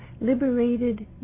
liberated